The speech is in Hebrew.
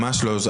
ממש לא.